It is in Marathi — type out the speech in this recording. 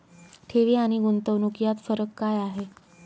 ठेवी आणि गुंतवणूक यात फरक काय आहे?